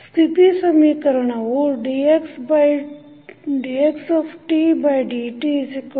ಸ್ಥಿತಿ ಸಮೀಕರಣವು dxdtaxtbrt